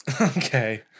Okay